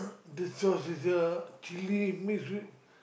this sauce is a chilli mixed with